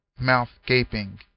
mouth-gaping